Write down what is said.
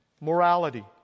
morality